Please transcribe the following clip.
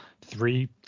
three